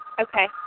Okay